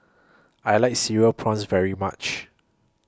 I like Cereal Prawns very much